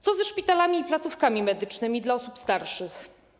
Co ze szpitalami i placówkami medycznymi dla osób starszych?